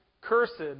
Cursed